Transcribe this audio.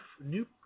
new